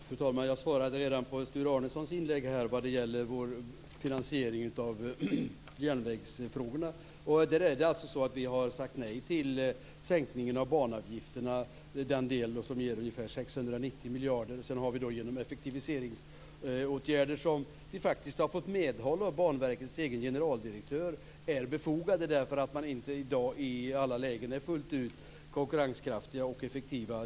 Fru talman! Jag svarade redan på Sture Arnessons inlägg när det gäller vår finansiering av järnvägen. Vi har sagt nej till sänkningen av banavgifterna, den del som ger ca 690 miljarder. Sedan vill vi vidta effektiviseringsåtgärder, där vi faktiskt har fått medhåll från Banverkets generaldirektör. Dessa effektiviseringsåtgärder är befogade därför att man i dag i alla lägen inte fullt ut är konkurrenskraftig och effektiv.